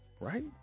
Right